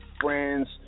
Friends